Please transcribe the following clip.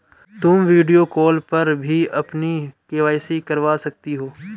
तुम video call पर भी अपनी के.वाई.सी करवा सकती हो